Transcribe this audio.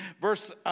Verse